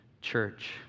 church